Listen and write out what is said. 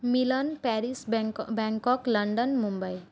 Milan Paris Bangkok London Mumbai